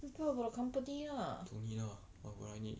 don't need lah why would I need